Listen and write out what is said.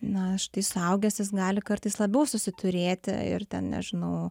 na štai suaugęs jis gali kartais labiau susiturėti ir ten nežinau